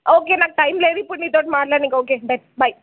okay నాకు time లేదు ఇప్పుడు నీతోటి మాట్లాడనీకి ఓకే బై బై